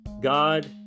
God